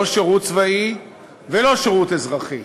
לא שירות צבאי ולא שירות אזרחי.